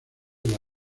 del